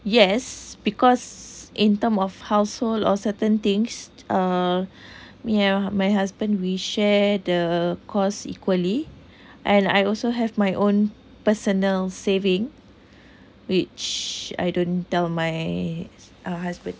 yes because in terms of household or certain things uh me and my husband we share the cost equally and I also have my own personal saving which I don't tell my husband